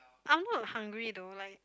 I'm not hungry though like